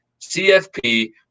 CFP